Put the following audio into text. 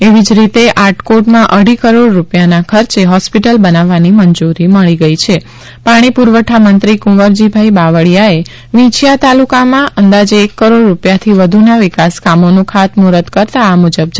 એવી જ રીતે આટકોટમાં અઢી કરોડ રૂપિયાના ખર્ચે હોસ્પિટલ બનાવવાની મંજુરી મળી ગઇ છ પાણી પુરવઠામંત્રી કુંવરજી બાવળીયાએ વિંછીયા તાલુકામાં અંદાજે એક કરોડ રૂપિયાથી વધુના વિકાસકામોનું ખાતમુફૂર્ત કરતા આ મુજબ જણાવ્યું હતું